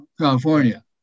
California